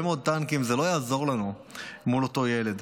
מאוד טנקים זה לא יעזור לנו מול אותו ילד.